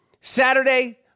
Saturday